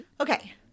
Okay